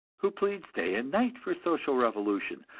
who pleads day and night for social revolution,